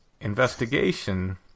investigation